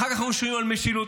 אחר כך מדברים על משילות.